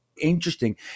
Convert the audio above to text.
interesting